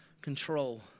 control